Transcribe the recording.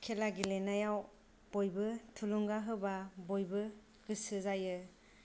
खेला गेलेनायाव बयबो थुलुंगा होब्ला बयबो गोसो जायो